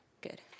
Good